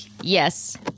Yes